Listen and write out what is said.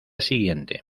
siguiente